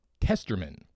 Testerman